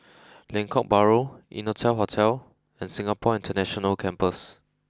Lengkok Bahru Innotel Hotel and Singapore International Campus